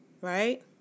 Right